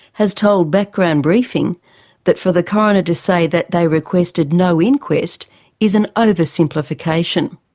has told background briefing that for the coroner to say that they requested no inquest is an oversimplification.